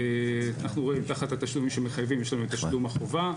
אנחנו רואים תחת התשלומים שמחייבים יש לנו את תשלום החובה,